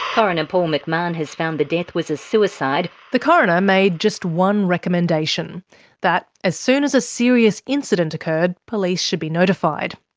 coroner paul mcmahon has found the death was a suicide. the coroner made just one recommendation that as soon as a serious incident occurred, police should be notified.